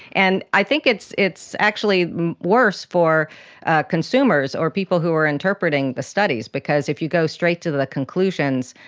and i think it's it's actually worse for consumers or people who are interpreting the studies because if you go straight to the conclusions,